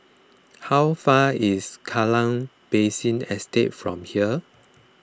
how far is Kallang Basin Estate from here